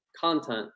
content